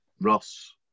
Ross